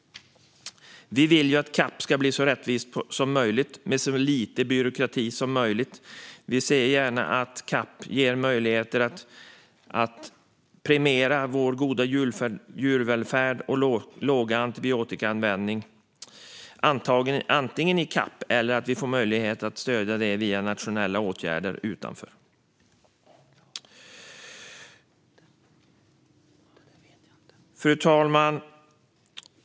Vi vill att CAP ska bli så rättvis som möjligt och med så lite byråkrati som möjligt. Vi ser gärna att CAP ger möjligheter att premiera vår goda djurvälfärd och låga antibiotikaanvändning och att det sker antingen i CAP eller att vi får möjlighet att stödja detta via nationella åtgärder utanför. Fru talman!